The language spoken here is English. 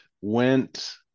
went